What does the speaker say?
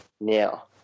now